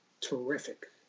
terrific